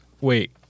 Wait